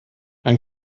ein